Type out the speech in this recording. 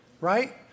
Right